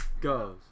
goes